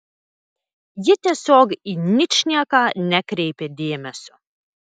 ji tiesiog į ničnieką nekreipė dėmesio